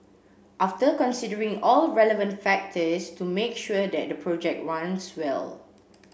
after considering all relevant factors to make sure that the project runs well